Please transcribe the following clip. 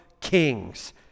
kings